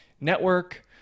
network